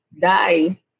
die